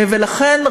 ולכן,